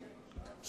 עכשיו,